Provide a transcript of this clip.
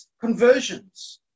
conversions